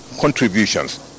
contributions